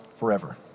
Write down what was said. forever